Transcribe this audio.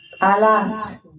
alas